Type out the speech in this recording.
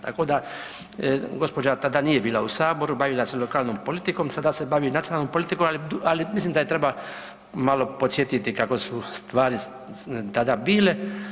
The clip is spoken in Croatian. Tako da gospođa tada nije bila u saboru bavila se lokalnom politikom sada se bavi nacionalnom politikom, ali mislim da je treba malo podsjetiti kako su stvari tada bile.